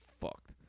fucked